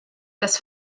das